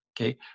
Okay